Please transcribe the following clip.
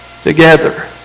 together